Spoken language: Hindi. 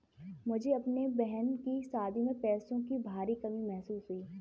मुझे अपने बहन की शादी में पैसों की भारी कमी महसूस हुई